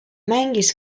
mängis